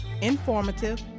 informative